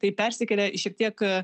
tai persikelia šiek tiek